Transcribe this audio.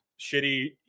shitty